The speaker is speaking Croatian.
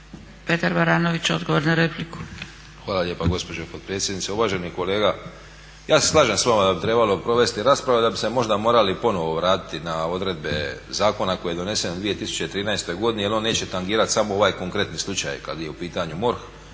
**Baranović, Petar (Reformisti)** Hvala lijepa gospođo potpredsjednice. Uvaženi kolega, ja se slažem s vama da bi trebalo provesti raspravu i da bi se možda morali ponovo vratiti na odredbe zakona koji je donesen u 2013. godini jer on neće tangirat samo ovaj konkretni slučaj kad je u pitanju MORH